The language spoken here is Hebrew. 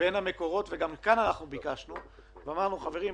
אמרנו: חברים,